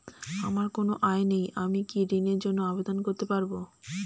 আমার কোনো আয় নেই আমি কি ঋণের জন্য আবেদন করতে পারব?